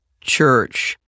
church